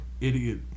idiot